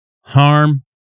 harm